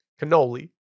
cannoli